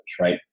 right